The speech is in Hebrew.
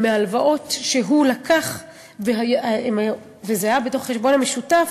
וההלוואות שהוא לקח והיו בחשבון המשותף,